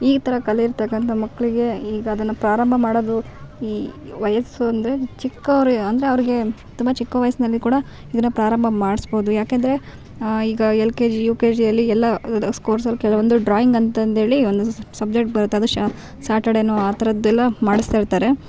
ಈ ಥರ ಕಲೆ ಇರ್ತಕ್ಕಂಥ ಮಕ್ಕಳಿಗೆ ಈಗ ಅದನ್ನು ಪ್ರಾರಂಭ ಮಾಡೋದು ಈ ವಯಸ್ಸು ಅಂದರೆ ಚಿಕ್ಕೋರು ಅಂದರೆ ಅವ್ರಿಗೆ ತುಂಬ ಚಿಕ್ಕ ವಯಸ್ಸಿನಲ್ಲಿ ಕೂಡ ಇದನ್ನು ಪ್ರಾರಂಭ ಮಾಡ್ಸ್ಬೋದು ಯಾಕೆಂದರೆ ಈಗ L K G U K ಜಿಯಲ್ಲಿ ಎಲ್ಲ ಸ್ಕೊರ್ಸಲ್ಲಿ ಕೆಲವೊಂದು ಡ್ರಾಯಿಂಗ್ ಅಂತಂದು ಹೇಳಿ ಒಂದು ಸಬ್ಜೆಕ್ಟ್ ಬರುತ್ತದೆ ಶಾ ಸಟರ್ಡೆ ಅನ್ನೋ ಆಥರ್ದೆಲ್ಲ ಮಾಡಿಸ್ತಾ ಇರ್ತಾರೆ